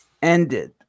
ended